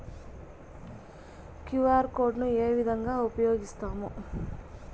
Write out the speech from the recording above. QR code ను ఏ విధంగా ఉపయగిస్తాము?